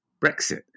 Brexit